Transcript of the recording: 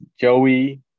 Joey